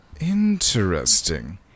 Interesting